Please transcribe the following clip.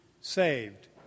saved